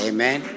Amen